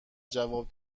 جواب